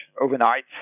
overnight